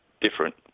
different